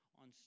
on